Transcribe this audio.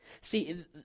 See